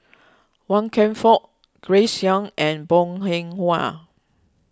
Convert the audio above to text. Wan Kam Fook Grace Young and Bong Hing Hwa